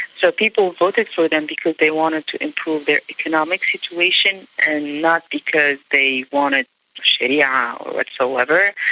so people voted for them because they wanted to improve their economic situation and not because they wanted sharia yeah whatsoever.